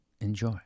enjoy